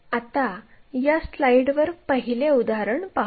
आता या स्लाइडवर पहिले उदाहरण पाहू